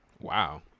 wow